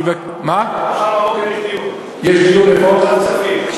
מחר בבוקר יש דיון בוועדת כספים.